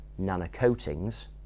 nanocoatings